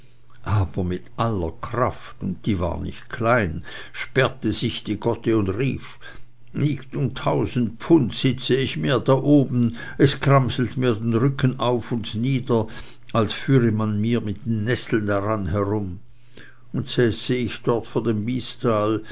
aber mit aller kraft und die war nicht klein sperrte sich die gotte und rief nicht um tausend pfund sitze ich mehr da oben es gramselt mir den rücken auf und nieder als führe man mir mit nesseln daran herum und säße ich dort vor dem